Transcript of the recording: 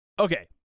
Okay